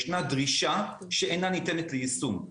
ישנה דרישה שאינה ניתנת ליישום.